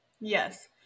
Yes